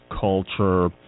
culture